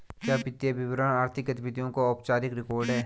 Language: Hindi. क्या वित्तीय विवरण आर्थिक गतिविधियों का औपचारिक रिकॉर्ड है?